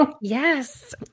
Yes